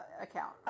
account